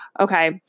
Okay